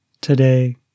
Today